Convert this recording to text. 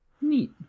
Neat